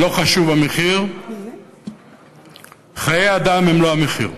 לא חשוב המחיר, חיי אדם הם לא המחיר.